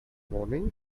morning